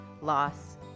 Loss